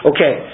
Okay